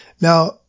Now